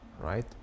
right